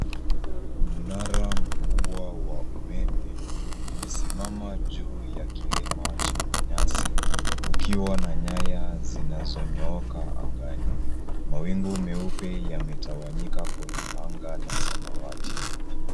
Mnara mkubwa wa umeme umesimama juu ya kilima chenye nyasi ukiwa na nyaya zinazonyooka angani. Mawingu meupe yametawanyika kwenye anga la samawati.